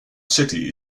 city